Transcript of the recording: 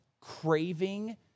craving